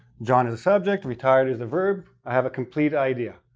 john is the subject, retired is the verb, i have a complete idea.